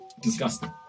Disgusting